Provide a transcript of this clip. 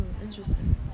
interesting